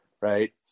right